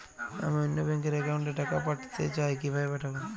আমি অন্য ব্যাংক র অ্যাকাউন্ট এ টাকা পাঠাতে চাই কিভাবে পাঠাবো?